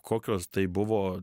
kokios tai buvo